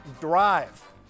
drive